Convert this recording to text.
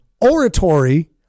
oratory